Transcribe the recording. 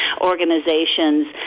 organizations